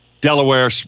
Delaware